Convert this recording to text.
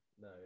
no